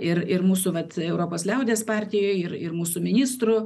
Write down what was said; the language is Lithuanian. ir ir mūsų vat europos liaudies partijoj ir ir mūsų ministrų